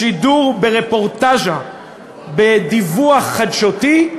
בשידור, ברפורטז'ה, בדיווח חדשותי,